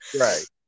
Right